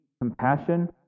compassion